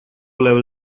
level